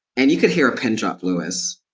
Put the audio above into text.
and you could hear a pin drop lewis.